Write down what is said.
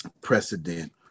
precedent